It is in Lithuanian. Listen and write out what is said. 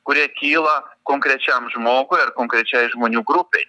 kurie kyla konkrečiam žmogui ar konkrečiai žmonių grupei